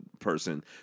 person